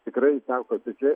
tikrai teko atidžiai